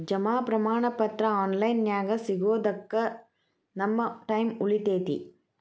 ಜಮಾ ಪ್ರಮಾಣ ಪತ್ರ ಆನ್ ಲೈನ್ ನ್ಯಾಗ ಸಿಗೊದಕ್ಕ ನಮ್ಮ ಟೈಮ್ ಉಳಿತೆತಿ